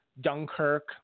Dunkirk